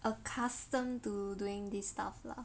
accustomed to doing this stuff lah